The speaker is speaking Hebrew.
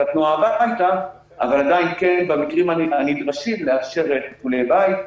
אבל עדיין במקרים הנדרשים לאפשר טיפולי בית.